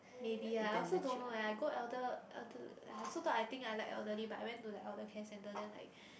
maybe ah I also don't know eh I go elder elder I also thought I like elderly but I went to the elder care centre then like